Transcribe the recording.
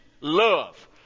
love